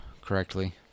correctly